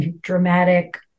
dramatic